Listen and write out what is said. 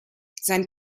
sein